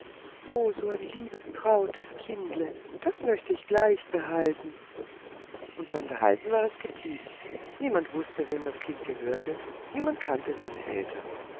o so ein liebes trautes kindle das möchte ich gleich behalten und beim behalten war es geblieben niemand wußte wem das kind gehörte niemand kannte seine eltern